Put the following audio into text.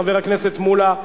חבר הכנסת מולה,